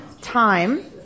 time